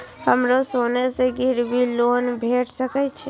हमरो सोना से गिरबी लोन भेट सके छे?